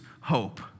hope